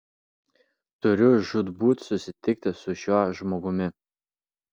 turiu žūtbūt susitikti su šiuo žmogumi